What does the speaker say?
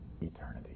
eternity